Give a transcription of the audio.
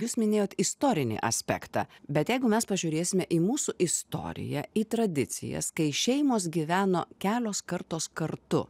jūs minėjot istorinį aspektą bet jeigu mes pažiūrėsime į mūsų istoriją į tradicijas kai šeimos gyveno kelios kartos kartu